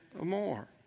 more